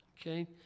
Okay